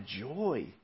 joy